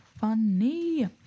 funny